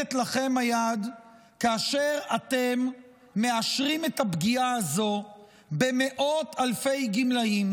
רועדת לכם היד כאשר אתם מאשרים את הפגיעה הזאת במאות אלפי גמלאים,